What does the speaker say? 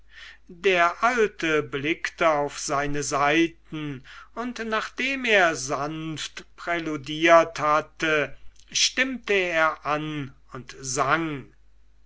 der alte blickte auf seine saiten und nachdem er sanft präludiert hatte stimmte er an und sang